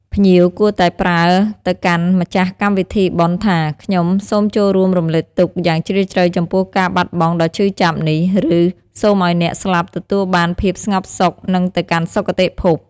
ភ្ញៀវគួរតែប្រើទៅកាន់ម្ចាស់កម្មវិធីបុណ្យថា"ខ្ញុំសូមចូលរួមរំលែកទុក្ខយ៉ាងជ្រាលជ្រៅចំពោះការបាត់បង់ដ៏ឈឺចាប់នេះ" ឫ "សូមឲ្យអ្នកស្លាប់ទទួលបានភាពស្ងប់សុខ និងទៅកាន់សុគតិភព"។